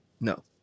no